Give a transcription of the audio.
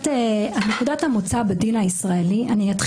נקודת המוצא בדין הישראלי - אני אתחיל